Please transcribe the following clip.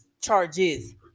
charges